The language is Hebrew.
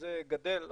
וזה גדל,